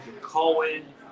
Cohen